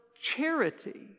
charity